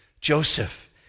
Joseph